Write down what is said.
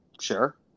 sure